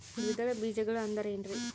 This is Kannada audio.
ದ್ವಿದಳ ಬೇಜಗಳು ಅಂದರೇನ್ರಿ?